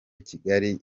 kigali